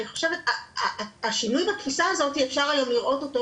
אני חושבת שינוי בתפיסה הזאת אפשר היום לראות אותו,